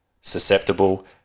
susceptible